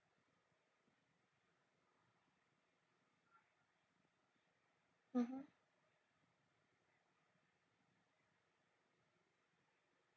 mmhmm